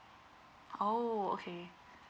oh okay